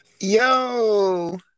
Yo